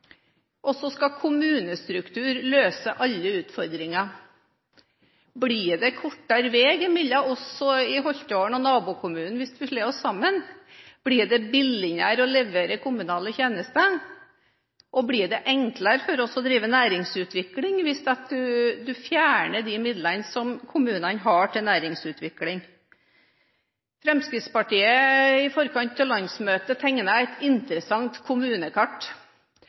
Og så skal kommunestruktur løse alle utfordringer. Blir det kortere vei mellom oss i Holtdalen og nabokommunen hvis vi slår oss sammen, blir det billigere å levere kommunale tjenester, og blir det enklere for oss å drive næringsutvikling hvis vi fjerner de midlene som kommunene har til næringsutvikling? Fremskrittspartiet tegnet i forkant av landsmøtet et interessant kommunekart.